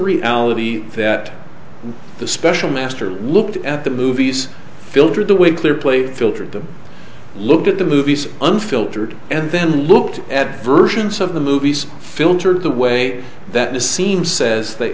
reality that the special master looked at the movies filtered the way clear play filtered them looked at the movies unfiltered and then looked at versions of the movies filtered the way that is seems says they